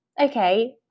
okay